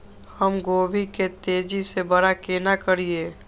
हम गोभी के तेजी से बड़ा केना करिए?